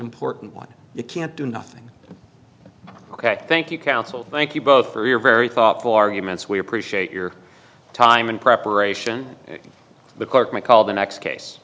important one you can't do nothing ok thank you counsel thank you both for your very thoughtful arguments we appreciate your time in preparation the court might call the next case